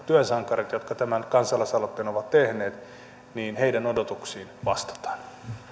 työn sankarien jotka tämän kansalaisaloitteen ovat tehneet odotuksiin vastataan